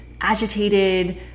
agitated